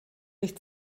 sich